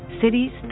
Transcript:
cities